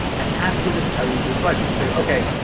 and that's going to tell you your budget. you say, ok,